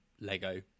Lego